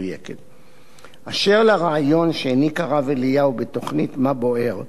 באשר לריאיון שהעניק הרב אליהו בתוכנית "מה בוער" ב"גלי צה"ל",